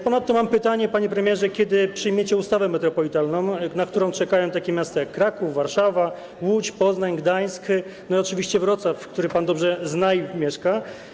Ponadto mam pytanie: Panie premierze, kiedy przyjmiecie ustawę metropolitalną, na którą czekają takie miasta, jak Kraków, Warszawa, Łódź, Poznań, Gdańsk i oczywiście Wrocław, który pan dobrze zna i w którym mieszka?